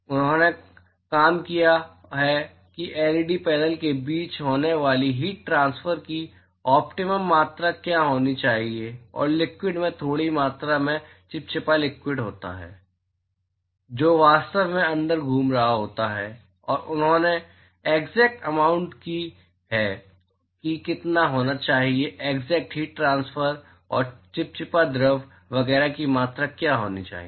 उन्होंने काम किया है कि एलईडी पैनल के बीच होने वाली हीट ट्रांसफर की ऑप्टिमम मात्रा क्या होनी चाहिए और लिक्विड में थोड़ी मात्रा में चिपचिपा लिक्विड होता है जो वास्तव में अंदर घूम रहा होता है और उन्होंने एक्ज़ेक्ट अमाउंट की है कि कितना होना चाहिए एक्ज़ेक्ट हीट ट्रांसफर और चिपचिपा द्रव वगैरह की मात्रा क्या होनी चाहिए